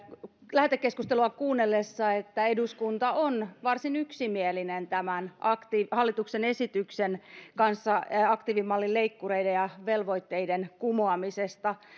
lähetekeskustelua kuunnellessa että eduskunta on varsin yksimielinen tämän hallituksen esityksen kanssa aktiivimallin leikkureiden ja velvoitteiden kumoamisesta